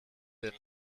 der